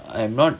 I'm not